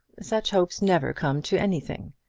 such hopes never come to anything.